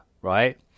right